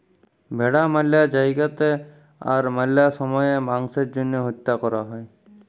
ভেড়া ম্যালা জায়গাতে আর ম্যালা সময়ে মাংসের জ্যনহে হত্যা ক্যরা হ্যয়